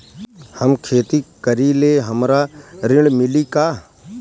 हम खेती करीले हमरा ऋण मिली का?